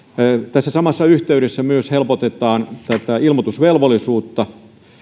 tässä samassa yhteydessä myös helpotetaan ilmoitusvelvollisuutta